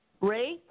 Ray